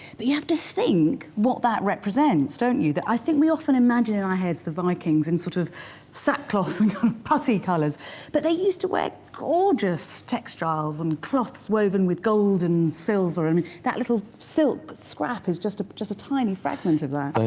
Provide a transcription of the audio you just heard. you have to think what that represents, don't you, that i think we often imagine in our heads the vikings in sort of sackcloth and putty colors but they used to wear gorgeous textiles and cloths woven with gold and silver and that little silk scrap is just just a tiny fragment of that.